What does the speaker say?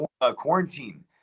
quarantine